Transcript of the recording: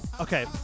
Okay